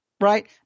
Right